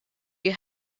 you